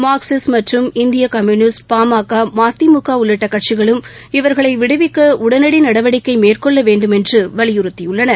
Marxist மற்றும் இந்திய communist PMK MDMK உள்ளிட்ட கட்சிகளும் இவர்களை விடுவிக்க உடனடி நடவடிக்கை மேற்கொள்ள வேண்டுமென்று வலியுறுத்தியுள்ளன